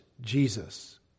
Jesus